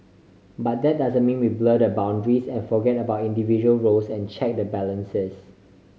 but that doesn't mean we blur the boundaries and forget about individual roles and check the balances